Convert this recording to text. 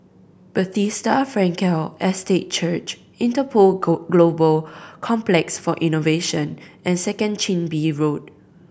Bethesda Frankel Estate Church Interpol Global Complex for Innovation and Second Chin Bee Road